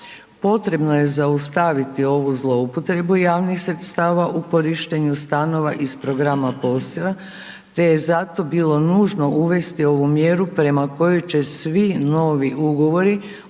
Potrebno je zaustaviti ovu zloupotrebu javnih sredstava u korištenju stanova iz programa .../Govornik se ne razumije./... te je zato bilo nužno uvesti ovu mjeru prema kojoj će svi novi ugovori o